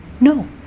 No